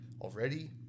already